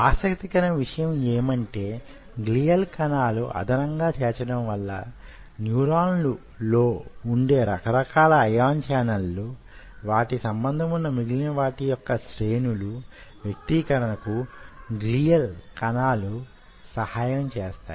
ఆసక్తికరమైన విషయం యేమంటే గ్లియల్ కణాలు అదనంగా చేర్చడం వల్ల న్యూరాన్లు లో వుండే రకరకాల ఇయాన్ ఛానళ్ళు వాటితో సంబంధమున్న మిగిలిన వాటి యొక్క శ్రేణులు వ్యక్తీకరణ కు గ్లియల్ కణాలు సహాయం చేస్తాయి